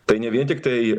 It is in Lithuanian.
tai ne vien tiktai